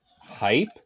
hype